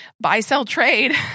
buy-sell-trade